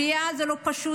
עלייה זה לא פשוט,